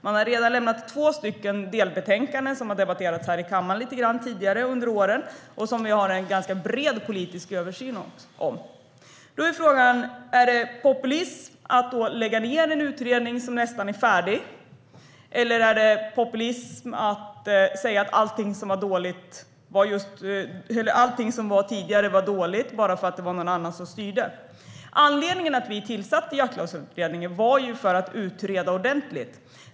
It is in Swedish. Man hade redan lämnat två delbetänkanden, som har debatterats här i kammaren lite grann tidigare under åren och som vi har en ganska bred politisk samsyn om. Är det populism att lägga ned en utredning som nästan är färdig? Är det populism att säga att allting som fanns tidigare var dåligt bara för att det var någon annan som styrde? Vi tillsatte Jaktlagsutredningen för att utreda detta ordentligt.